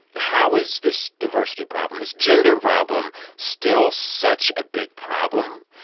how is this diversity problem, this gender problem still such a big problem?